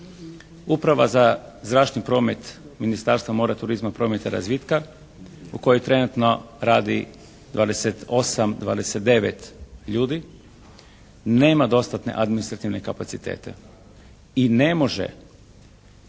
Uprava za zračni promet Ministarstva mora, turizma, prometa i razvitka u kojoj trenutno radi 28, 29 ljudi nema dostatne administrativne kapacitete i ne može